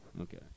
Okay